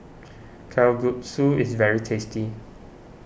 Kalguksu is very tasty